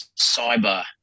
cyber